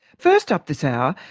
first up this hour,